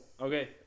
okay